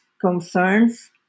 concerns